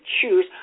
choose